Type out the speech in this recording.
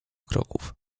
kroków